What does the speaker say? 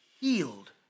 healed